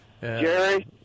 Jerry